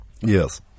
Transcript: yes